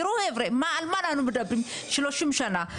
תראו חבר'ה, על מה אנחנו מדברים שלושים שנה.